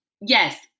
Yes